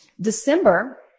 December